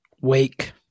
Wake